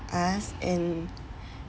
us and